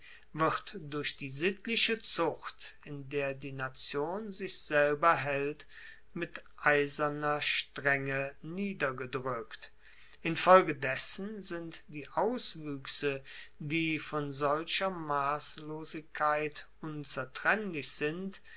wird durch die sittliche zucht in der die nation sich selber haelt mit eiserner strenge niedergedrueckt infolgedessen sind die auswuechse die von solcher masslosigkeit unzertrennlich sind